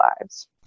lives